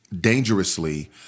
dangerously